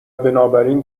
بنابراین